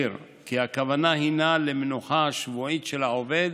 להבהיר כי הכוונה הינה למנוחה השבועית של העובד,